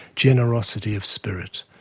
generosity of spirit,